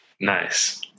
Nice